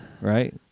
Right